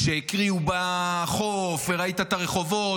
כשהקריאו בחוף, וראית את הרחובות.